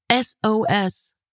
SOS